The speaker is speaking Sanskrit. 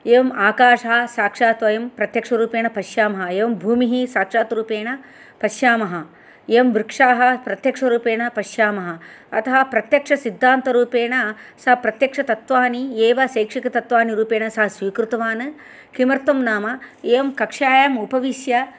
एवम् आकाशः शाक्षात् वयं प्रत्यक्षरूपेण पश्यामः एवं भूमिः साक्षात्रूपेण पश्यामः एवं वृक्षाः प्रत्यक्षरूपेण पश्यामः अतः प्रत्यक्षसिद्धान्तरूपेण स प्रत्यक्षतत्वानि एव शैक्षिकतत्वानि रूपेण सः स्वीकृतवान् किमर्थं नाम एवं कक्ष्यायाम् उपविश्य